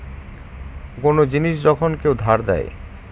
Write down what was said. কোন জিনিস যখন কেউ ধার দেয়